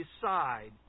decide